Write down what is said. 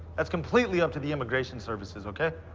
that's completely up to the immigration services, ok?